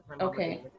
Okay